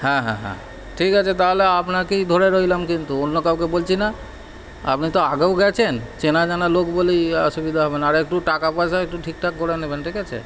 হ্যাঁ হ্যাঁ হ্যাঁ ঠিক আছে তাহলে আপনাকেই ধরে রইলাম কিন্তু অন্য কাউকে বলছি না আপনি তো আগেও গিয়েছেন চেনা জানা লোক বলেই অসুবিধা হবে না আর একটু টাকা পয়সা একটু ঠিকঠাক করে নেবেন ঠিক আছে